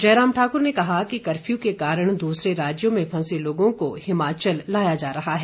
जयराम ठाकुर ने कहा कफ्यू के कारण दूसरे राज्यों में फंसे लोगों को हिमाचल लाया जा रहा है